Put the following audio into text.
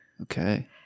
Okay